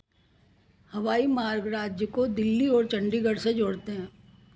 हवाई मार्ग राज्य को दिल्ली और चंडीगढ़ से जोड़ते हैं